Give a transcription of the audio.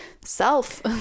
self